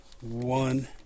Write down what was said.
one